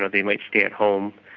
ah they might stay at home.